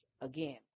again